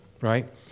right